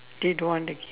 they don't want to give